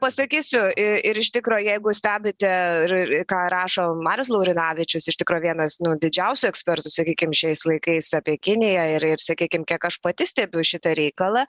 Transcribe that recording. pasakysiu ir iš tikro jeigu stebite ir ir ką rašo marius laurinavičius iš tikro vienas nu didžiausių ekspertų sakykim šiais laikais apie kiniją ir ir sakykim kiek aš pati stebiu šitą reikalą